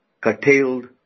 curtailed